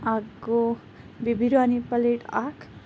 اَکھ گوٚو بیٚیہِ بِریانی پَلیٹ اَکھ